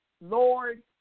Lord